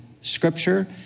scripture